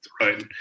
right